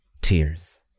tears